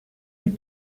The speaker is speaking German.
mit